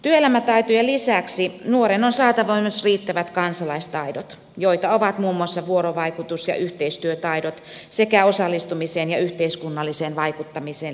työelämätaitojen lisäksi nuoren on saatava myös riittävät kansalaistaidot joita ovat muun muassa vuorovaikutus ja yhteistyötaidot sekä osallistumiseen ja yhteiskunnalliseen vaikuttamiseen tarvittavat taidot